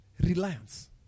Reliance